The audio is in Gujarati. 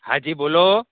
હાજી બોલો